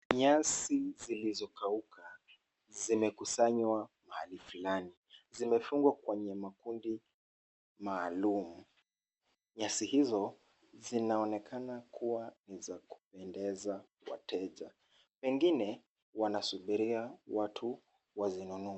Nyasi zilizokauka zimekusanywa mahali Fulani , zimefungwa kwenye makundi maalumu Nyasi hizo zinaonekana kua ni za kupendeza wateja , pengine wanasubiria watu wazinunue.